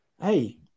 Hey